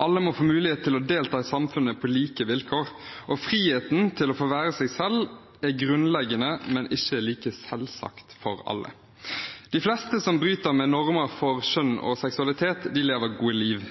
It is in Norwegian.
Alle må få mulighet til å delta i samfunnet på like vilkår, og friheten til å få være seg selv er grunnleggende, men ikke like selvsagt for alle. De fleste som bryter med normer for kjønn og seksualitet, lever gode liv.